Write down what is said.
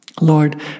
Lord